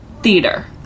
theater